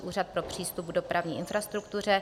373 Úřad pro přístup k dopravní infrastruktuře